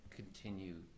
continue